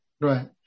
Right